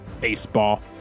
Baseball